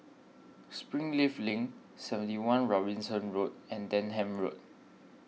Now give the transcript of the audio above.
Springleaf Link seventy one Robinson Road and Denham Road